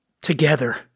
together